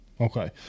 Okay